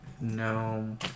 No